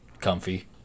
comfy